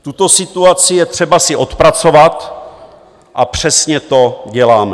Tuto situaci je třeba si odpracovat a přesně to děláme.